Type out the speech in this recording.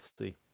see